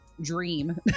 dream